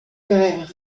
krijgen